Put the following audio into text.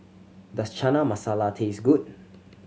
does Chana Masala taste good